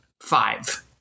five